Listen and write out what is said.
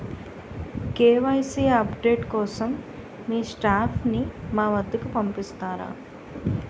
KYC update కోసం మీ staff ని మా వద్దకు పంపిస్తారా?